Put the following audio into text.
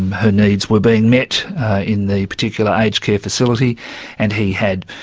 her needs were being met in the particular aged care facility and he had,